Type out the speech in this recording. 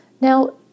Now